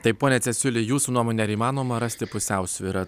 taip pone cesiuli jūsų nuomone ar įmanoma rasti pusiausvyrą